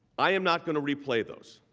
i am not going to replay those.